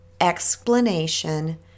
explanation